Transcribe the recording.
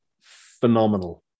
Phenomenal